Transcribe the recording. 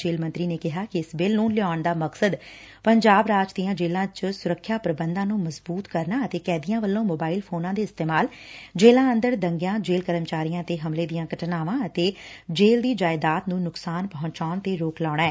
ਜੇਲ੍ਹ ਮੰਤਰੀ ਨੇ ਕਿਹਾ ਕਿ ਇਸ ਬਿੱਲ ਨੂੰ ਲਿਆਉਣ ਦਾ ਮਕਸਦ ਪੰਜਾਬ ਰਾਜ ਦੀਆਂ ਜੇਲ਼ਾਂ ਵਿਚ ਸੁਰੱਖਿਆ ਪ੍ਰਬੰਧਾਂ ਨੂੰ ਮਜ਼ਬੁਤ ਕਰਂਨਾ ਅਤੇ ਕੈਦੀਆਂ ਵੱਲੋਂ ਸੋਬਾਇਲ ਫੋਨਾਂ ਦੇ ਇਸਤੇਮਾਲ ਜੇਲ੍ਹਾਂ ਅੰਦਰ ਦੰਗਿਆਂ ਜੇਲ੍ਹ ਕਰਮਚਾਰੀਆਂ ਤੇ ਹਮਲੇ ਦੀਆਂ ਘਟਨਾਵਾਂ ਅਤੇ ਜੇਲ੍ਹ ਦੀ ਜਾਇਦਾਦ ਨੰ ਨੁਕਸਾਨ ਪਹੁੰਚਾਉਣ ਤੇ ਰੋਕ ਲਾਉਣਾ ਐ